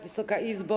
Wysoka Izbo!